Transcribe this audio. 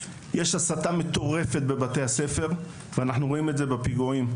יש הסתה מטורפת בבתי הספר ואנחנו רואים את זה בפיגועים.